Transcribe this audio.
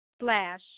slash